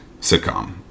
sitcom